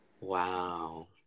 Wow